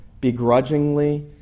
begrudgingly